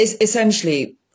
essentially